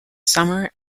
summer